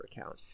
account